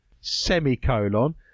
semicolon